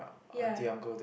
ya